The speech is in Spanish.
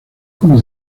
como